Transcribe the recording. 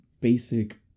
basic